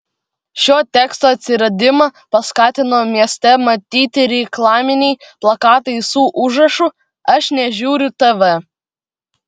šiuo teksto atsiradimą paskatino mieste matyti reklaminiai plakatai su užrašu aš nežiūriu tv